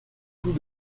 tout